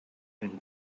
and